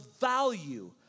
value